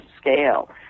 scale